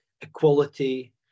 equality